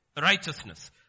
righteousness